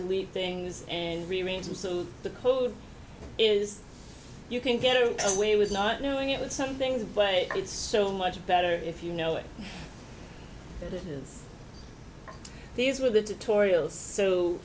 delete things and rearrange them so the code is you can get away with not doing it with some things but it's so much better if you know that these were the